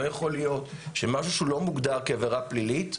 לא יכול להיות שמשהו שהוא לא מוגדר כעבירה פלילית,